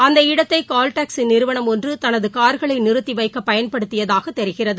அந்த இடத்தை call taxi நிறுவளம் ஒன்று தனது கார்களை நிறுத்திவைக்க பயன்படுத்தியதாக தெரிகிறது